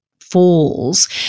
falls